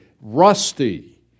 Rusty